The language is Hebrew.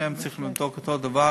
את שניהם צריך לבדוק, אותו דבר.